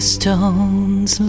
stones